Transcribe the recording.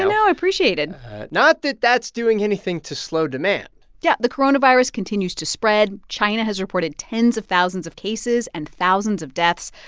and i appreciate it not that that's doing anything to slow demand yeah. the coronavirus continues to spread. china has reported tens of thousands of cases and thousands of deaths.